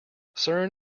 cern